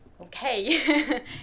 okay